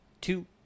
two